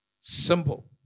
Simple